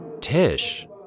Tish